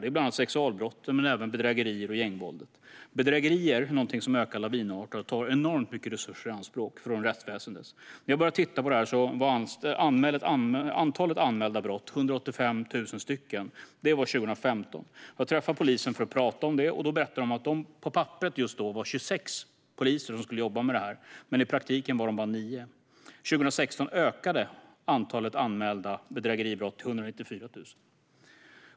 Det är bland annat sexualbrott men även bedrägerier och gängvåld. Bedrägerier ökar lavinartat och tar enormt mycket resurser i anspråk från rättsväsendet. När jag började titta på detta var antalet anmälda brott 185 000 stycken. Det var 2015. Jag träffade polisen för att prata om detta, och då berättade de att de på papperet just då var 26 poliser som skulle jobba med det här men att de i praktiken bara var nio. År 2016 ökade antalet anmälda bedrägeribrott till 194 000.